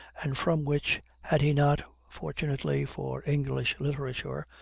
and from which, had he not, fortunately for english literature,